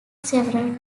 several